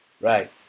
Right